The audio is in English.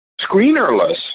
screenerless